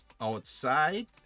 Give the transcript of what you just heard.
outside